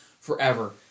forever